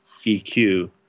EQ